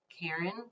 Karen